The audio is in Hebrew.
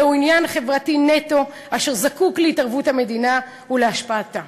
זהו עניין חברתי נטו אשר זקוק להתערבות המדינה ולהשפעתה.